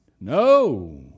No